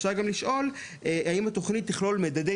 אפשר גם לשאול האם התוכנית תכלול גם מדדי